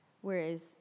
Whereas